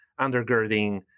undergirding